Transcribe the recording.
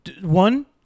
One